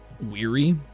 weary